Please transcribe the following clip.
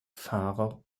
fahrer